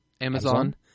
Amazon